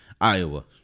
Iowa